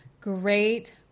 Great